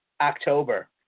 October